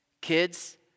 Kids